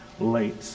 Late